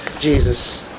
Jesus